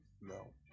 No